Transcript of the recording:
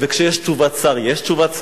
וכשיש תשובת שר, יש תשובת שר?